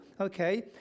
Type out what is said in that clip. okay